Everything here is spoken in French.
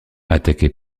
attaqué